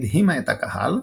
הדהימה את הקהל,